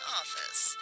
office